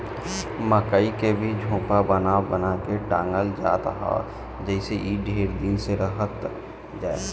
मकई के भी झोपा बना बना के टांगल जात ह जेसे इ ढेर दिन ले रहत जाए